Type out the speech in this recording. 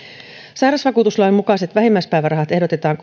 sairausvakuutuslain mukaiset vähimmäispäivärahat ehdotetaan